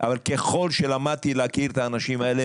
אבל ככל שלמדתי להכיר את האנשים האלה,